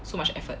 so much effort